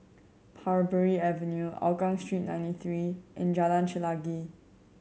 Parbury Avenue Hougang Street Ninety Three and Jalan Chelagi